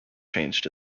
changed